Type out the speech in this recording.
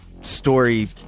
story